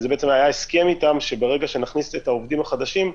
והיה הסכם איתם שברגע שנכניס את העובדים החדשים,